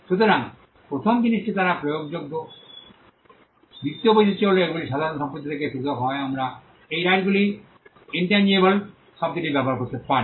সুতরাং প্রথম জিনিসটি তারা প্রয়োগযোগ্য দ্বিতীয় বৈশিষ্ট্যটি হল এগুলি সাধারণ সম্পত্তি থেকে পৃথক হয় আমরা এই রাইটগুলি ইন্ট্যাঙিবেল শব্দটি ব্যবহার করতে পারি